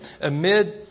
amid